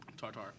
Tartar